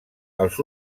els